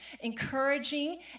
encouraging